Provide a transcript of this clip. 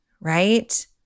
right